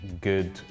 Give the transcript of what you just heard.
good